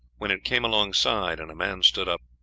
when it came alongside and a man stood up.